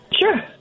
Sure